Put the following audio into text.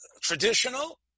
traditional